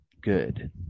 good